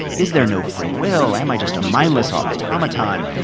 is there no free will? am i just a mindless automaton?